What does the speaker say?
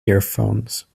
earphones